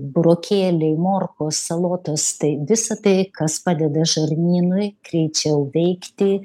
burokėliai morkos salotos tai visa tai kas padeda žarnynui greičiau veikti